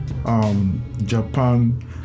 Japan